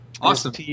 Awesome